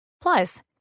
Plus